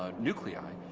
ah nuclei,